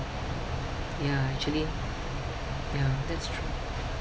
ya actually ya that's true